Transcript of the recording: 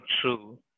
true